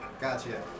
Gotcha